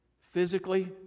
physically